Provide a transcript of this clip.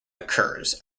occurs